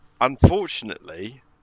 Unfortunately